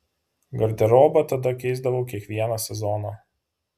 garderobą tada keisdavau kiekvieną sezoną